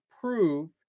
prove